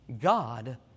God